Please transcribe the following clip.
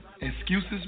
Excuses